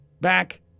back